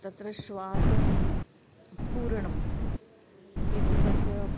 तत्र श्वासपूरणम् इति तस्य